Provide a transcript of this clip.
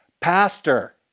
Pastor